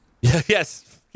Yes